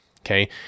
Okay